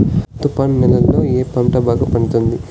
తువ్వ నేలలో ఏ పంట బాగా పండుతుంది?